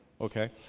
okay